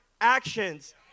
actions